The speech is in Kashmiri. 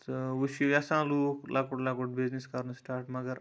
وۄنۍ چھِ یَژھان لوٗکھ لۄکُٹ لۄکُٹ بِزنِس کَرُن سٹاٹ مگر